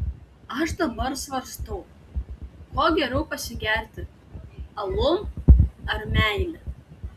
aš dabar svarstau kuo geriau pasigerti alum ar meile